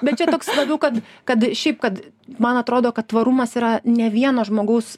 bet čia toks kad kad šiaip kad man atrodo kad tvarumas yra ne vieno žmogaus